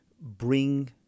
bring